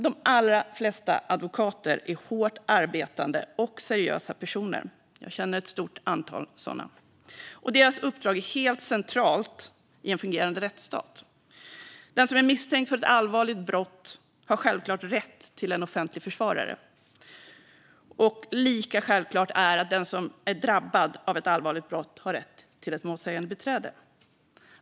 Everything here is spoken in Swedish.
De allra flesta advokater är hårt arbetande och seriösa personer. Jag känner ett stort antal sådana. Deras uppdrag är helt centralt i en fungerande rättsstat. Den som är misstänkt för ett allvarligt brott har självklart rätt till en offentlig försvarare, och lika självklart är att den som blivit drabbad av ett allvarligt brott har rätt till ett målsägandebiträde.